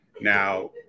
Now